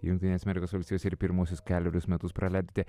jungtinėse amerikos valstijose ir pirmuosius kelerius metus praleidote